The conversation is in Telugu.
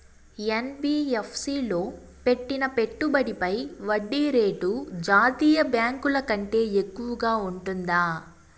యన్.బి.యఫ్.సి లో పెట్టిన పెట్టుబడి పై వడ్డీ రేటు జాతీయ బ్యాంకు ల కంటే ఎక్కువగా ఉంటుందా?